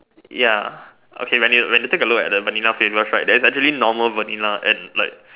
ya okay when you when you take a look at the Vanilla flavors right there's actually normal Vanilla and like